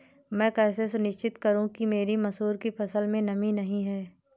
मैं कैसे सुनिश्चित करूँ कि मेरी मसूर की फसल में नमी नहीं है?